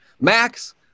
max